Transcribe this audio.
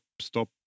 stop